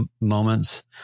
moments